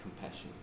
compassion